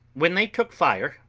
when they took fire,